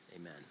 Amen